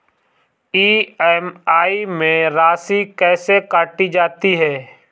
EMI में राशि कैसे काटी जाती है?